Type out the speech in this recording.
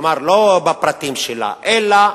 כלומר לא בפרטים שלה אלא